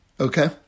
Okay